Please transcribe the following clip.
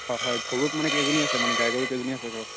হয় হয় গৰু মানে কেইজনী আছে মানে গাই গৰু কেইজনী আছে ঘৰত